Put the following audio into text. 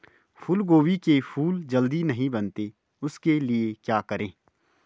फूलगोभी के फूल जल्दी नहीं बनते उसके लिए क्या करें?